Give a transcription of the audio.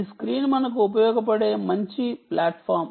ఈ స్క్రీన్ మనకు ఉపయోగపడే మంచి refer time 2924 ప్లాట్ఫారమ్